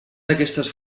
aquestes